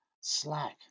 slack